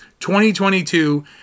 2022